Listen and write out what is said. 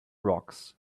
rocks